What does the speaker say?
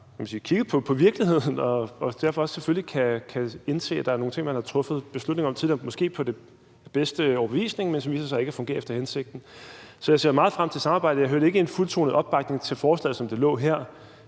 kigget på virkeligheden og derfor selvfølgelig også kan indse, at der er nogle ting, man tidligere har truffet beslutning om, måske efter sin bedste overbevisning, men som viser sig ikke at fungere efter hensigten. Så jeg ser meget frem til samarbejdet. Jeg hørte ikke en fuldtonet opbakning til forslaget, som det ligger